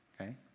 Okay